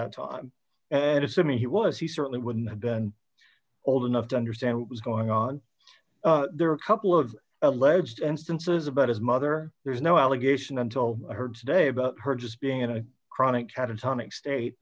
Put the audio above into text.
that time and assuming he was he certainly wouldn't have been old enough to understand what was going on there are a couple of alleged and stances about his mother there's no allegation until i heard today about her just being in a chronic catatonic state